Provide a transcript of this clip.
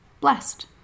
blessed